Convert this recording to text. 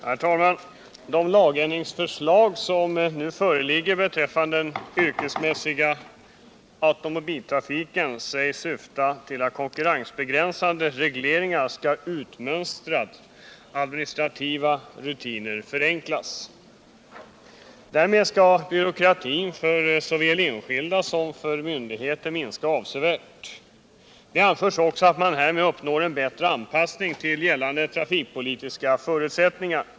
Herr talman! De lagändringsförslag som nu föreligger beträffande den yrkesmässiga automobiltrafiken sägs syfta till att konkurrensbegränsande regleringar skall utmönstras och administrativa rutiner förenklas. Därmed skall byråkratin såväl för enskilda som för myndigheter minska avsevärt. Det anförs också att man härmed uppnår en bättre anpassning till gällande trafikpolitiska förutsättningar.